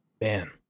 Man